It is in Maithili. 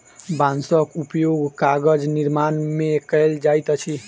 बांसक उपयोग कागज निर्माण में कयल जाइत अछि